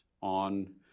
on